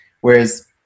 Whereas